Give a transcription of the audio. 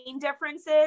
differences